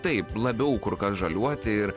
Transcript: taip labiau kur kas žaliuoti ir